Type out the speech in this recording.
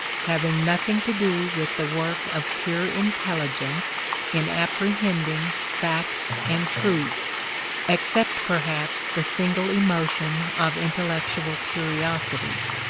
having nothing to do with the work of pure intelligence in apprehending facts and truths except perhaps the single emotion of intellectual curiosity.